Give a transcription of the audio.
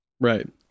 right